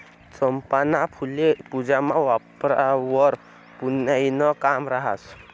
चंपाना फुल्ये पूजामा वापरावंवर पुन्याईनं काम रहास